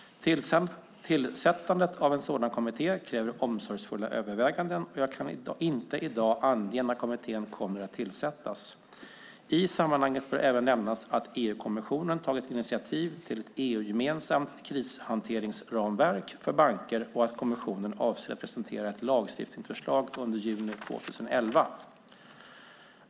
Tillsättandet av en sådan kommitté kräver omsorgsfulla överväganden och jag kan inte i dag ange när kommittén kommer att tillsättas. I sammanhanget bör även nämnas att EU-kommissionen tagit initiativ till ett EU-gemensamt krishanteringsramverk för banker och att kommissionen avser att presentera ett lagstiftningsförslag under juni 2011.